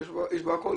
יש פה הכול,